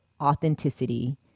authenticity